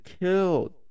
killed